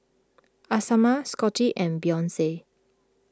Asama Scottie and Beyonce